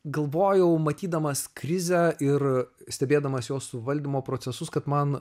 galvojau matydamas krizę ir stebėdamas jos suvaldymo procesus kad man